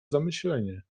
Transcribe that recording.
zamyślenie